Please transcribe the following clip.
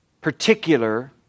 particular